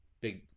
big